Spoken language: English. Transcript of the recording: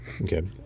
Okay